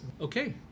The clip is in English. okay